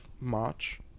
March